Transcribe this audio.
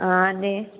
ആനേ